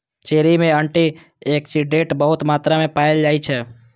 cherry मे antioxidant बहुत मात्रा मे पाएल जाइ छै